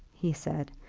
he said,